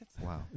Wow